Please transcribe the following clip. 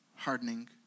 Hardening